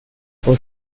for